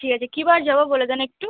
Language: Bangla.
ঠিক আছে কী বার যাবো বলে দেন একটু